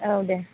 औ दे